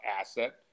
asset